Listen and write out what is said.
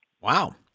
Wow